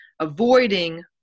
avoiding